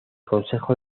consejo